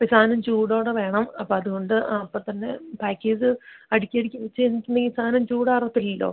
ഈ സാധനം ചൂടോടെ വേണം അപ്പം അത്കൊണ്ട് അപ്പത്തന്നെ പാക്ക് ചെയ്ത് അടുക്കിയടുക്കി വെച്ച് കഴിഞ്ഞിട്ടുണ്ടെങ്കിൽ സാധനം ചൂടാറത്തില്ലല്ലോ